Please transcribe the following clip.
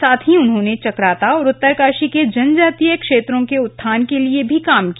साथ ही उन्होंने चकराता और उत्तरकाशी के जनजातीय क्षेत्रों के उत्थान के लिए काम किया